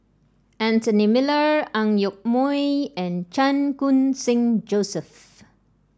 Anthony Miller Ang Yoke Mooi and Chan Khun Sing Joseph